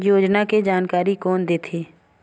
योजना के जानकारी कोन दे थे?